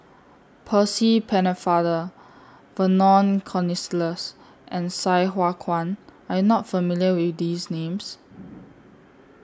Percy Pennefather Vernon Cornelius and Sai Hua Kuan Are YOU not familiar with These Names